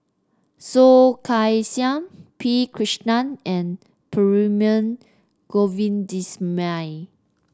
Soh Kay Siang P Krishnan and Perumal Govindaswamy